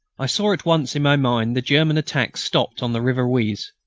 i saw at once in my mind the german attack stopped on the river oise,